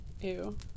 Ew